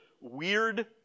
weird